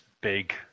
big